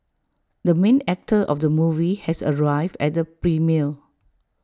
the main actor of the movie has arrived at the premiere